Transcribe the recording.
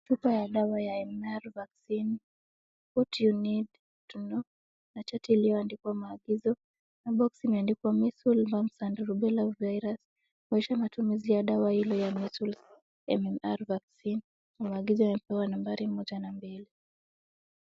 Chupa ya dawa ya MMR vaccine, what you need to know na chati iliyoandikwa maagizo, na boxi imeandikwa measles, mumps and rubella virus kuonyesha matumizi ya dawa hizo ya measles, MMR vaccine na maagizo yamepewa nambari moja na mbili.